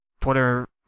Twitter